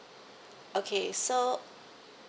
okay so